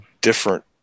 different